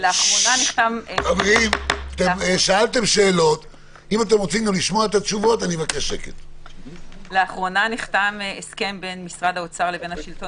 לאחרונה נחתם הסכם בין משרד האוצר לשלטון